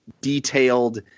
detailed